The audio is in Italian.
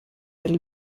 del